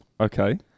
Okay